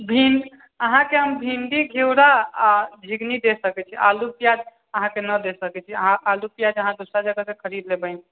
अहाँके हम भिन्डी घिबड़ा आ झिंगनी दए सकै छी आलू पियाज अहाँके नहि दे सकै छी अहाँ आलू पियाज दोसर जगहसँ खरीद लेबै ने